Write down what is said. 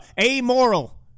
amoral